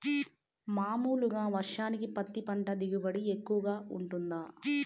మామూలుగా వర్షానికి పత్తి పంట దిగుబడి ఎక్కువగా గా వుంటుందా?